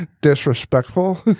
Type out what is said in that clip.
disrespectful